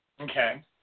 Okay